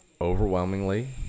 overwhelmingly